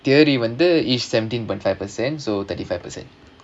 theory வந்து:vandhu each seventeen point five percent so thirty five percent